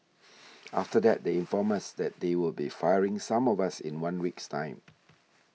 after that they informed us that they would be firing some of us in one week's time